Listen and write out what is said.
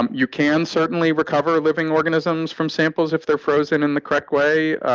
um you can, certainly, recover living organisms from samples if they're frozen in the correct way.